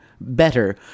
better